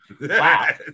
Wow